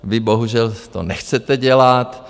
Vy bohužel to nechcete dělat.